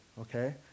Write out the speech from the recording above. Okay